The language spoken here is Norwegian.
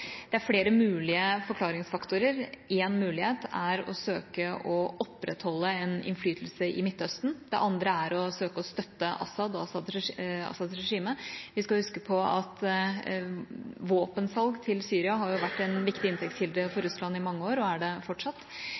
Det er flere mulige forklaringsfaktorer. Én mulighet er å søke å opprettholde en innflytelse i Midtøsten, det andre er å søke å støtte Assad og Assads regime. Vi skal huske på at våpensalg til Syria har vært en viktig inntektskilde for Russland i mange år og er det fortsatt.